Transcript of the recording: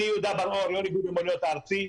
אני יהודה בר אור, יו"ר איגוד המוניות הארצי.